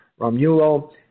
Romulo